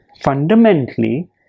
Fundamentally